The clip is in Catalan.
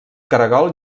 caragol